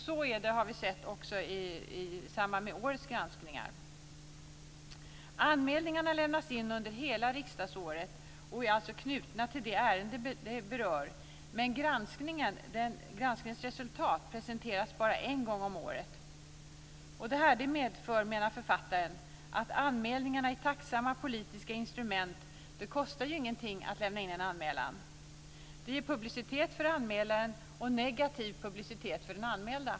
Så är det också i samband med årets granskningar. Anmälningarna lämnas in under hela riksdagsåret och är alltså knutna till det ärende de berör, men granskningens resultat presenteras bara en gång om året. Författaren menar att detta medför att anmälningarna är tacksamma politiska instrument - det kostar ju ingenting att lämna i en anmälan. Det ger publicitet för anmälaren och negativ publicitet för den anmälda.